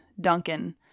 Duncan